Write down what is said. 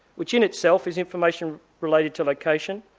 which in itself is information related to location.